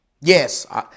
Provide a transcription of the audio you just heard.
Yes